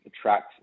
attract